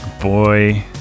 boy